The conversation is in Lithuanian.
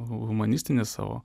humanistinis savo